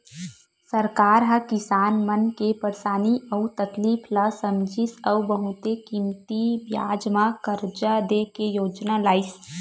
सरकार ह किसान मन के परसानी अउ तकलीफ ल समझिस अउ बहुते कमती बियाज म करजा दे के योजना लइस